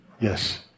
Yes